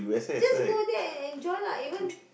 just go there and enjoy lah even